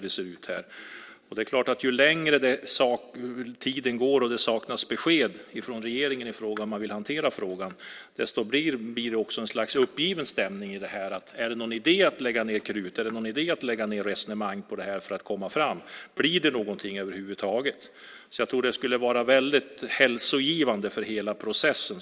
Det är klart att ju längre tiden går och det saknas besked från regeringen om hur man vill hantera frågan, desto mer blir det en slags uppgiven stämning. Är det någon idé att lägga ned krut? Är det någon idé att föra resonemang kring det för att komma fram? Blir det något över huvud taget? Jag tror att det skulle vara väldigt hälsogivande för hela processen.